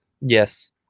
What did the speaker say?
Yes